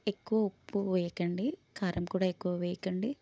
ఎక్కువ ఉప్పు వెయ్యకండి కారం కూడా ఎక్కువ వెయ్యకండి